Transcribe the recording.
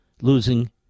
Losing